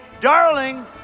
darling